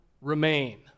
remain